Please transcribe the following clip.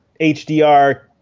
HDR